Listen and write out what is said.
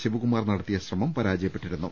ശിവകുമാർ നടത്തിയ ശ്രമം പരാജയപ്പെട്ടിരുന്നു